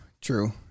True